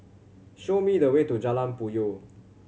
show me the way to Jalan Puyoh